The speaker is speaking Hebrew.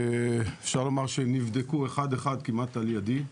ואפשר לומר שנבדקו אחד אחד על ידי,